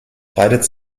breitet